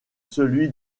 celui